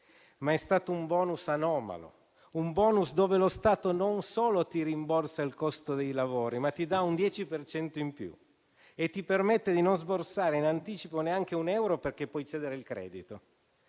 ma è stato un *bonus* anomalo, con cui lo Stato non solo ti rimborsa il costo dei lavori, ma ti dà un 10 per cento in più e ti permette di non sborsare in anticipo neanche un euro perché puoi cedere il credito.